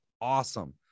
Awesome